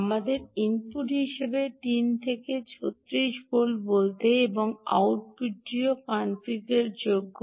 আমাদের ইনপুট হিসাবে 3 থেকে 36 ভোল্ট বলতে এবং আউটপুটটিও কনফিগারযোগ্য